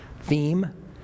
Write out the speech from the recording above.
theme